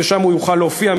ושם הוא יוכל להופיע,